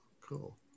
Cool